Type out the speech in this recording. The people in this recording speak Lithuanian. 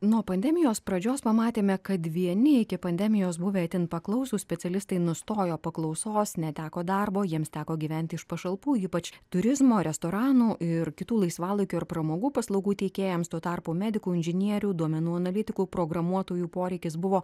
nuo pandemijos pradžios pamatėme kad vieni iki pandemijos buvę itin paklausūs specialistai nustojo paklausos neteko darbo jiems teko gyventi iš pašalpų ypač turizmo restoranų ir kitų laisvalaikio ir pramogų paslaugų teikėjams tuo tarpu medikų inžinierių duomenų analitikų programuotojų poreikis buvo